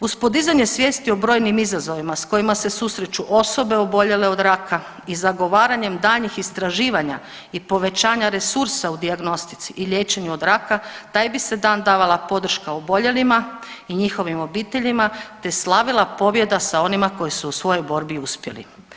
Uz podizanje svijesti o brojnim izazovima sa kojim se susreću osobe oboljele od raka i zagovaranjem daljnjih istraživanja i povećanja resursa u dijagnostici i liječenju od raka taj bi se dan davala podrška oboljelima i njihovim obiteljima, te slavila pobjeda sa onima koji su u svojoj borbi uspjeli.